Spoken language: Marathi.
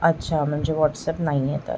अच्छा म्हणजे वॉट्सॅप नाही आहे तर